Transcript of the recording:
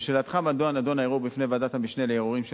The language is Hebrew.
לשאלתך מדוע נדון הערעור בפני ועדת המשנה לערעורים של